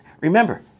remember